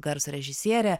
garso režisierė